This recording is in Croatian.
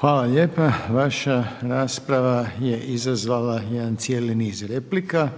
Hvala. Vaša rasprava je izazvala jedan cijeli niz replika,